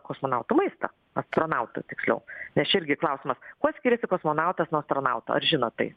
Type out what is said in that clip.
kosmonautų maistą astronautų tiksliau nes čia irgi klausimas kuo skiriasi kosmonautas nuo astronauto ar žinot tai